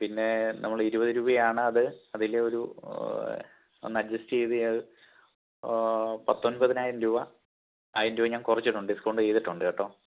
പിന്നെ നമ്മളിരുപതു രൂപയാണ് അത് അതിലെ ഒരു ഒന്ന് അഡ്ജസ്റ്റ് ചെയ്തു പത്തൊൻപതിനായിരം രൂപ ആയിരം രൂപ ഞാൻ കുറച്ചിട്ടുണ്ട് ഡിസ്കൗണ്ട് ചെയ്തിട്ടുണ്ട് കേട്ടോ